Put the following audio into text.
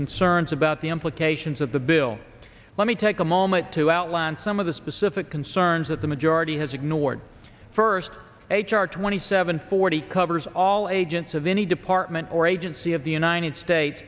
concerns about the implications of the bill let me take a moment to outline some of the specific concerns that the mage already has ignored first h r twenty seven forty covers all agents of any department or agency of the united states